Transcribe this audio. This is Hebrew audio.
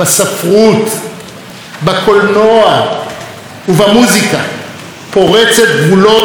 בקולנוע ובמוזיקה, פורצת גבולות ושווקים חדשים.